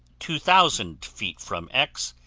two thousand feet from x,